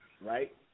right